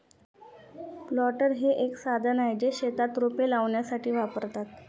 planter हे एक साधन आहे, जे शेतात रोपे लावण्यासाठी वापरतात